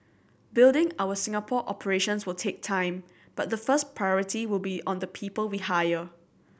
building our Singapore operations will take time but the first priority will be on the people we hire